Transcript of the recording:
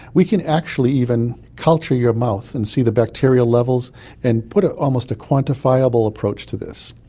we can actually even culture your mouth and see the bacterial levels and put ah almost a quantifiable approach to this.